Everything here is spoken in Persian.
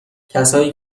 کسایی